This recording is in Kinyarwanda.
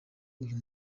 uyu